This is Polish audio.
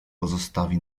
pozostawi